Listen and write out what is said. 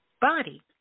body